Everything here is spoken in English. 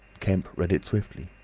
kemp read it swiftly.